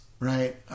right